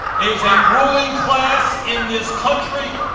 is a ruling class in this country